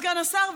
סגן השר,